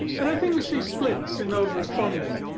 and i think we see splits and those responding.